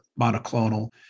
monoclonal